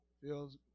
feels